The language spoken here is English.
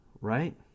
right